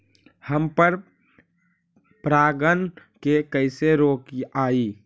हम पर परागण के कैसे रोकिअई?